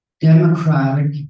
democratic